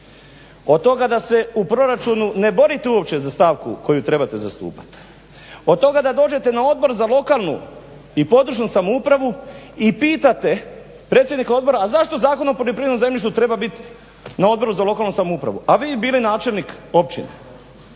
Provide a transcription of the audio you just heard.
od toga da se u proračunu ne borite uopće za stavku koju trebate zastupati, od toga da dođete na Odbor za lokalnu i područnu samoupravu i pitate predsjednika odbora a zašto Zakon o poljoprivrednom zemljištu treba bit na Odboru za lokalnu samoupravu. A vi bili načelnik općine.